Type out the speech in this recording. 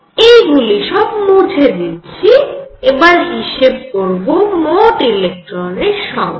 এইগুলি সব মুছে দিচ্ছি এবার হিসেব করব মোট ইলেকট্রন সংখ্যা